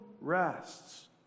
rests